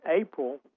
April